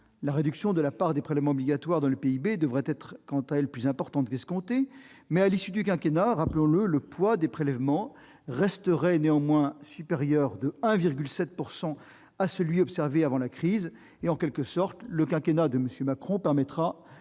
la réduction de la part des prélèvements obligatoires dans le PIB devrait quant à elle être plus importante qu'escompté, mais, à l'issue du quinquennat, rappelons-le, le poids de ces prélèvements resterait néanmoins supérieur de 1,7 point à celui qui était observé avant la crise financière. Le quinquennat de M. Macron permettra